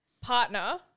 partner